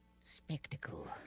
Spectacle